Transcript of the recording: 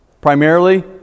primarily